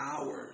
hours